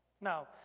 No